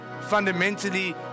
fundamentally